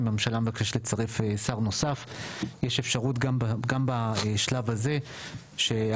אם הממשלה מבקשת לצרף שר נוסף יש אפשרות גם בשלב הזה שהכנסת